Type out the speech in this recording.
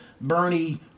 Bernie